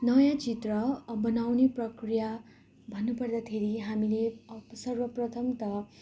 नयाँ चित्र बनाउने प्रक्रिया भन्नुपर्दाखेरि हामीले सर्वप्रथम त